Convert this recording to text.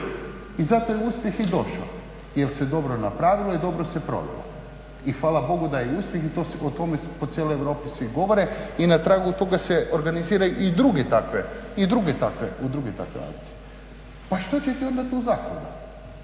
i zato je uspjeh i došao, jer se dobro napravilo i dobro se provelo i hvala Bogu da je uspjeh i o tome po cijeloj Europi svi govore i na tragu toga se organiziraju i druge takve akcije. Pa što će ti onda tu zaklada